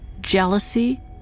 jealousy